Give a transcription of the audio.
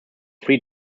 free